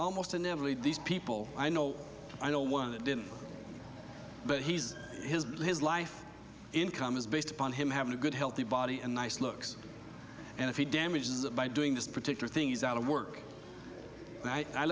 almost inevitably these people i know i know one that didn't but he's has his life income is based upon him having a good healthy body and nice looks and if he damages it by doing this particular thing is out of work